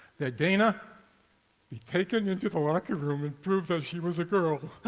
that dana be taken into the locker room and proven that she was a girl.